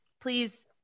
please